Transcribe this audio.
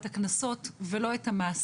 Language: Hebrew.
את הקנסות ולא את המעשה,